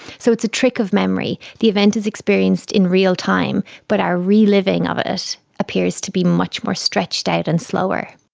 so it's a trick of memory. the event is experienced in real time but our reliving of it appears to be much more stretched out and slower.